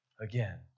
again